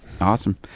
awesome